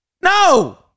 no